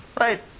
Right